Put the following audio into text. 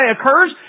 occurs